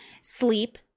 sleep